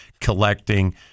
collecting